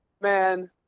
man